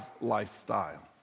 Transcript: lifestyle